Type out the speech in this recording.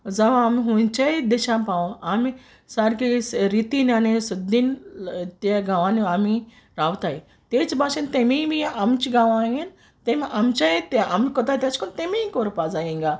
जावं आमी हुंयच्या देशां पावूं आमी सारके रितीन आनी सिद्दीन ते गांवांनी आमी रावताय तेच भाशेन तेमीय बी आमच गांवां येन तेम आमचेय आम कोताय तेशकोन्न तेमीय कोरपा जाय इंगा